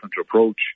approach